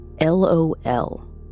LOL